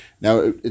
now